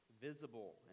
visible